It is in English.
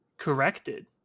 Corrected